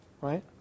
right